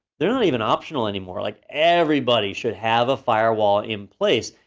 they're not even optional anymore. like everybody should have a firewall in place,